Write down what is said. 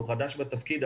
הוא חדש בתפקיד,